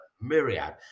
myriad